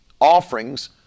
offerings